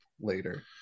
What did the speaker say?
later